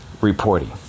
reporting